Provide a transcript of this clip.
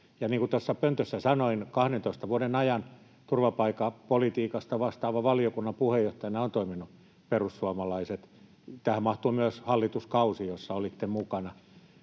ja niin kuin tuossa pöntössä sanoin, 12 vuoden ajan turvapaikkapolitiikasta vastaavan valiokunnan puheenjohtajana ovat toimineet perussuomalaiset. Tähän mahtuu myös hallituskausi, jossa olitte mukana.